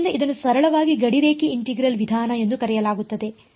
ಆದ್ದರಿಂದ ಇದನ್ನು ಸರಳವಾಗಿ ಗಡಿರೇಖೆ ಇಂಟಿಗ್ರಲ್ ವಿಧಾನ ಎಂದು ಕರೆಯಲಾಗುತ್ತದೆ